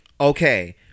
okay